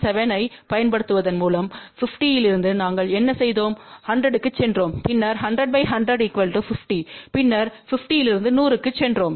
7 ஐப் பயன்படுத்துவதன் மூலம் 50 இலிருந்து நாங்கள் என்ன செய்தோம் 100 க்குச் சென்றோம் பின்னர் 100 100 50 பின்னர் 50 இலிருந்து 100 க்குச் சென்றோம்